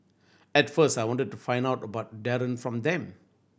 at first I wanted to find out about Darren from them